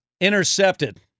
intercepted